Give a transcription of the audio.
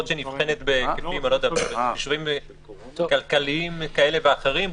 שנבחנת בהיקפים כלכליים כאלה ואחרים,